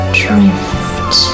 drift